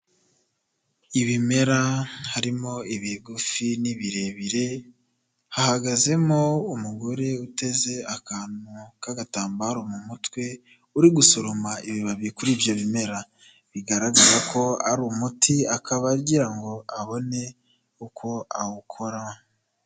Ibimera harimo ibigufi n'ibirebire, hahagazemo umugore uteze akantu k'agatambaro mu mutwe, uri gusoroma ibibabi kuri ibyo bimera bigaragara ko ari umuti, akaba agira ngo abone uko awukora.